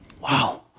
Wow